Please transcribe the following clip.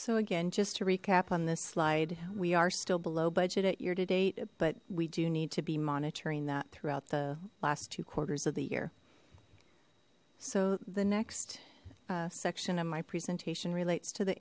so again just to recap on this slide we are still below budget at year to date but we do need to be monitoring that throughout the last two quarters of the year so the next section of my presentation relates to the